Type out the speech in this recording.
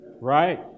Right